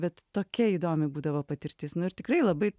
bet tokia įdomi būdavo patirtis nu ir tikrai labai